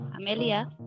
Amelia